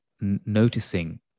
noticing